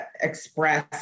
express